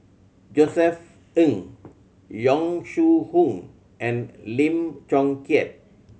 Josef Ng Yong Shu Hoong and Lim Chong Keat